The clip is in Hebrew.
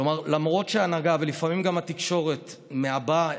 כלומר, למרות שההנהגה, ולפעמים גם התקשורת, מלבה,